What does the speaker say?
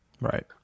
Right